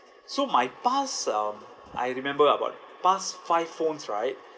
so my past um I remember about past five phones right